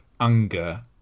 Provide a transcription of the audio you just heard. anger